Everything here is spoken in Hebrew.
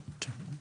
כן.